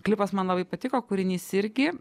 klipas man labai patiko kūrinys irgi